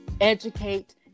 educate